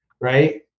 Right